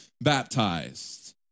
baptized